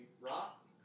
rock